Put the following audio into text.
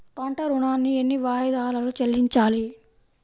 పంట ఋణాన్ని ఎన్ని వాయిదాలలో చెల్లించాలి?